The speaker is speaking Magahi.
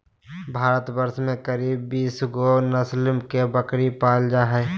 भारतवर्ष में करीब बीस गो नस्ल के बकरी पाल जा हइ